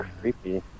creepy